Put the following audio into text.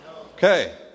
Okay